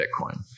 Bitcoin